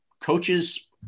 coaches